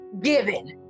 given